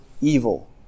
evil